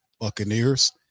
Buccaneers